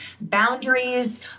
boundaries